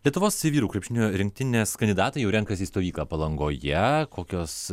lietuvos vyrų krepšinio rinktinės kandidatai jau renkasi į stovyklą palangoje kokios